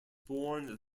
born